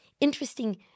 interesting